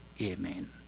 Amen